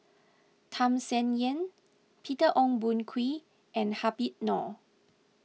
Tham Sien Yen Peter Ong Boon Kwee and Habib Noh